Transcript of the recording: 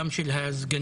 גם של הסגנים.